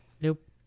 Nope